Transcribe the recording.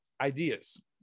ideas